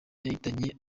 yahitanye